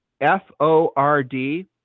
F-O-R-D